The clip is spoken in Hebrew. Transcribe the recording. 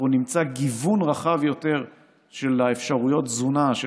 אנחנו נמצא גיוון רחב יותר של אפשרויות התזונה של